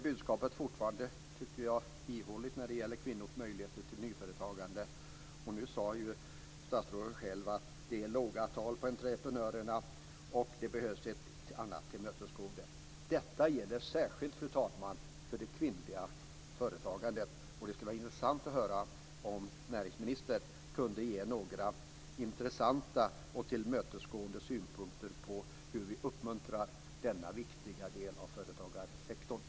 Budskapet är fortfarande ihåligt när det gäller kvinnors möjligheter till nyföretagande. Nu sade ju statsrådet själv att entreprenörerna är få och att det behövs ett annat tillmötesgående av dem. Detta gäller särskilt, fru talman, för de kvinnliga företagarna. Det skulle vara intressant att höra om näringsministern kunde ge några intressanta och tillmötesgående synpunkter på hur vi uppmuntrar denna viktiga del av företagarsektorn.